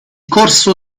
corso